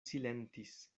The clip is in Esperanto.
silentis